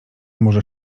może